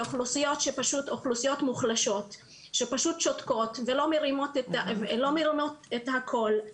לאוכלוסיות שפשוט אוכלוסיות מוחלשות שפשוט שותקות ולא מרימות את הקול.